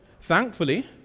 thankfully